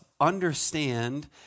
understand